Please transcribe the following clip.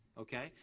Okay